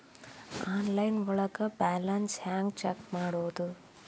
Online ಒಳಗೆ balance ಹ್ಯಾಂಗ check ಮಾಡೋದು?